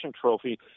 trophy